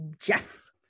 Jeff